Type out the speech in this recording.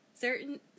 certain